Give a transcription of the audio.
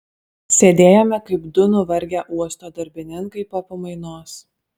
sėdėjome kaip du nuvargę uosto darbininkai po pamainos